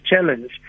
challenge